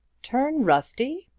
turn rusty!